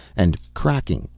and cracking,